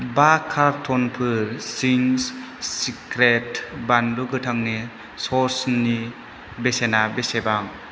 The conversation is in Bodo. बा कारट'नफोर चिंस सिक्रेट बानलु गोथांनि स'सनि बेसेना बेसेबां